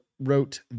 wrote